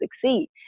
succeed